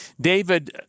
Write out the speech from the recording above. David